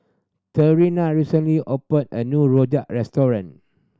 Trina recently opened a new rojak restaurant